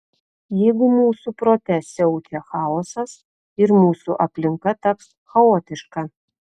jeigu mūsų prote siaučia chaosas ir mūsų aplinka taps chaotiška